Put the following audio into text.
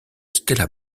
stella